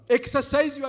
exercise